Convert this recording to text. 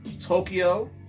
Tokyo